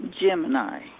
Gemini